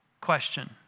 Question